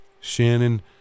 Shannon